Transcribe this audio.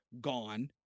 gone